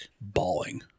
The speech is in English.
bawling